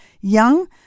young